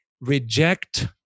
reject